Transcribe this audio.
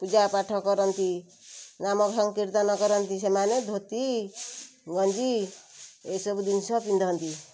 ପୂଜାପାଠ କରନ୍ତି ନାମ ସଂକୀର୍ତ୍ତନ କରନ୍ତି ସେମାନେ ଧୋତି ଗଞ୍ଜି ଏ ସବୁ ଜିନିଷ ପିନ୍ଧନ୍ତି